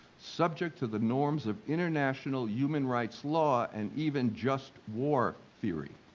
subject to the norms of international human rights law and even just war theory.